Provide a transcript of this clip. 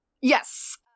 Yes